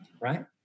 right